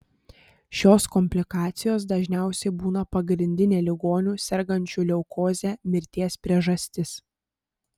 šios komplikacijos dažniausiai būna pagrindinė ligonių sergančių leukoze mirties priežastis